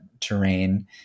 terrain